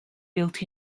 built